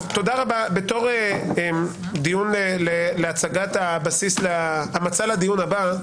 בתור דיון להצגת המצע לדיון הבא,